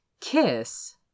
kiss